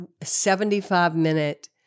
75-minute